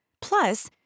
Plus